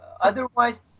otherwise